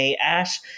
Ash